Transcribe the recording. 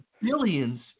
billions